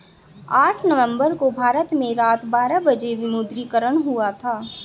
आठ नवम्बर को भारत में रात बारह बजे विमुद्रीकरण हुआ था